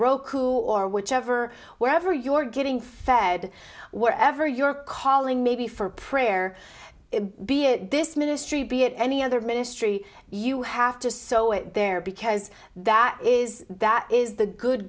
roku or whichever wherever you're getting fed wherever your calling may be for prayer be it this ministry be it any other ministry you have to so it there because that is that is the good